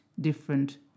different